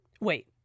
Wait